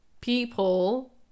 people